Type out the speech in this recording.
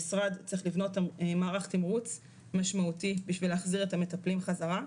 המשרד צריך לבנות מערך תמרוץ משמעותי בשביל להחזיר את המטפלים חזרה.